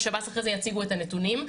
ושב"ס אחרי זה יציגו את הנתונים.